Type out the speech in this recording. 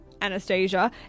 Anastasia